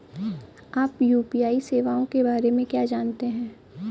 आप यू.पी.आई सेवाओं के बारे में क्या जानते हैं?